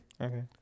Okay